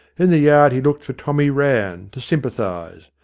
in the yard he looked for tommy rann, to sympathise.